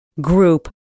group